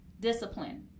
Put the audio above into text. discipline